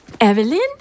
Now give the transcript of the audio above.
Evelyn